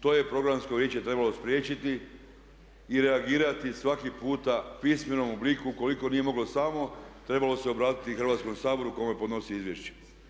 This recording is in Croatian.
To je programsko vijeće trebalo spriječiti i reagirati svaki puta u pismenom obliku ukoliko nije moglo samo, trebalo se obratiti Hrvatskom saboru kome podnosi izvješće.